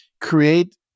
Create